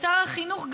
ושר החינוך,